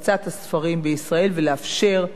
ולאפשר תחרות הוגנת.